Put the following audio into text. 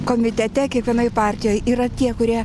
komitete kiekvienoj partijoj yra tie kurie